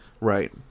right